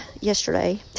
yesterday